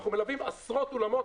אנחנו מלווים עשרות אולמות,